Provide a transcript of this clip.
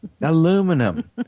aluminum